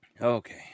Okay